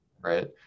right